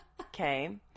Okay